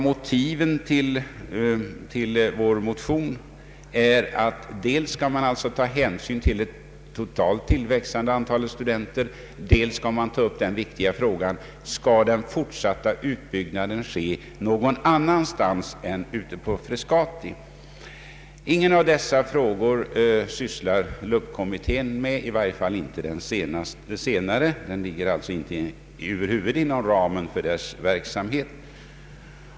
Motiven till vår motion har varit att man skall dels ta hänsyn till det växande totala antalet studenter, dels ta upp den viktiga frågan om den fortsatta utbyggnaden skall ske någon annanstans än vid Frescati. LUP-kommittén — i varje fall inte den senaste — sysslar inte med någon av dessa frågor. De ligger över huvud taget inte inom ramen för kommitténs verksamhet.